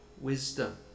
wisdom